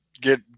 get